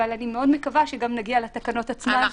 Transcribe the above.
אבל אני מאוד מקווה שגם נגיע לתקנות עצמן.